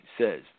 says